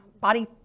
body